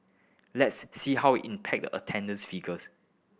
let's see how impact attendance figures